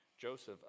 Joseph